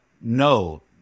no